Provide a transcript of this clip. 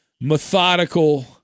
methodical